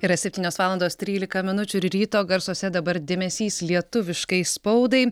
yra septynios valandos trylika minučių ir ryto garsuose dabar dėmesys lietuviškai spaudai